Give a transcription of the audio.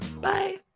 Bye